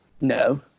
no